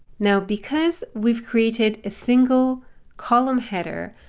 now because we've created a single column header,